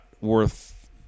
worth